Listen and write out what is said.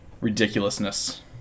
ridiculousness